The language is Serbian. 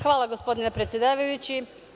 Hvala gospodine predsedavajući.